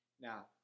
Now